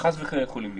שחלילה יכולים לקרות.